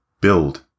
build